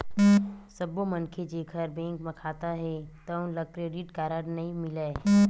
सब्बो मनखे जेखर बेंक म खाता हे तउन ल क्रेडिट कारड नइ मिलय